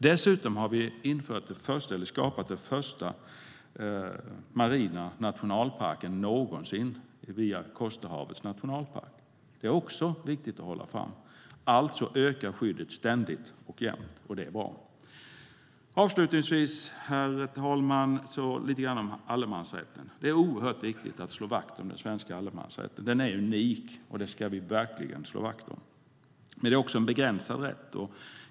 Dessutom har vi skapat den allra första marina nationalparken genom Kosterhavets nationalpark. Det är också viktigt att framhålla. Skyddet ökar alltså ständigt. Jag ska också säga något om allemansrätten. Det är oerhört viktigt att slå vakt om den svenska allemansrätten; den är unik. Det är emellertid en begränsad rätt.